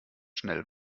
schnell